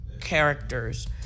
characters